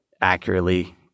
accurately